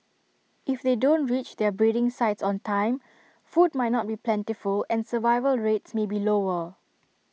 if they don't reach their breeding sites on time food might not be plentiful and survival rates may be lower